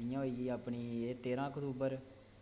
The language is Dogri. जियां होई गेई अपनी एह् तेरां अक्टूबर